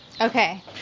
Okay